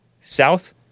south